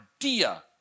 idea